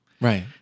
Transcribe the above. Right